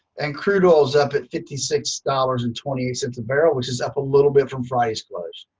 and crude oil's up at fifty six dollars and twenty cents a barrel, which is up a little bit from friday's close.